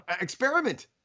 experiment